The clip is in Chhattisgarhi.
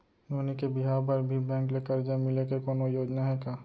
नोनी के बिहाव बर भी बैंक ले करजा मिले के कोनो योजना हे का?